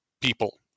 people